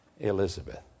Elizabeth